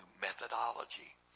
methodology